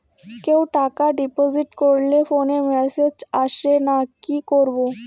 কেউ টাকা ডিপোজিট করলে ফোনে মেসেজ আসেনা কি করবো?